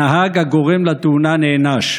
הנהג הגורם לתאונה נענש.